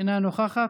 אינה נוכחת,